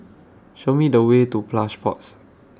Show Me The Way to Plush Pods